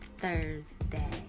Thursday